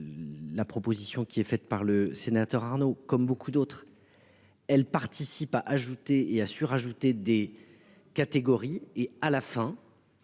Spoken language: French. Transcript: La proposition qui est faite par le sénateur Arnaud comme beaucoup d'autres. Elle participe à ajouter et assure ajouter des catégories et à la fin.